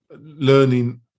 learning